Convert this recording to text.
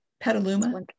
Petaluma